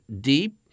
deep